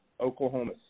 Oklahoma